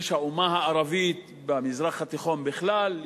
יש האומה הערבית במזרח התיכון בכלל,